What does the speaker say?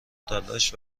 تلاش